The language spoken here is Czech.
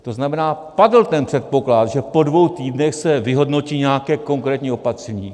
To znamená, padl ten předpoklad, že po dvou týdnech se vyhodnotí nějaké konkrétní opatření.